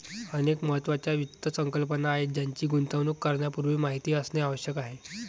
अनेक महत्त्वाच्या वित्त संकल्पना आहेत ज्यांची गुंतवणूक करण्यापूर्वी माहिती असणे आवश्यक आहे